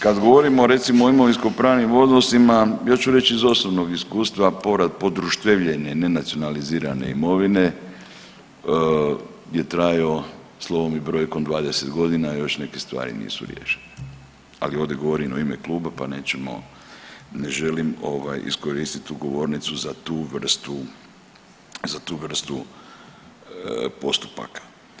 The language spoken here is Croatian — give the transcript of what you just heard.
Kad govorimo recimo o imovinskopravnim odnosima, ja ću reći iz osobnog iskustva povrat podruštvevljene ne nacionalizirane imovine je trajao slovom i brojkom 20 godina i još neke stvari nisu riješene, ali ovdje govorim u ime kluba pa nećemo ne želim iskoristiti govornicu za tu vrstu postupaka.